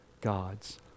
God's